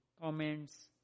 comments